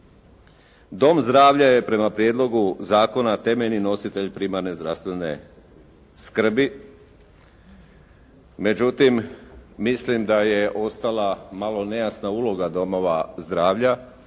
Dom zdravlja je prema prijedlogu zakona temeljni nositelj primarne zdravstvene skrbi. Međutim, mislim da je ostala malo nejasna uloga domova zdravlja